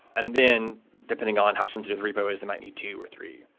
and then depending on how sensitive the repo is, they might need two or three.